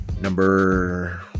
Number